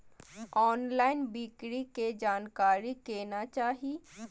Online बिक्री के जानकारी केना चाही?